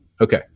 Okay